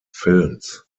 films